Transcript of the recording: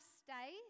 stay